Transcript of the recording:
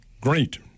Great